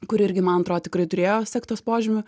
kur irgi man atro tikrai turėjo sektos požymių